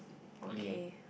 okay